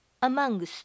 amongst